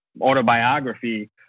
autobiography